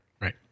Right